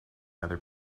other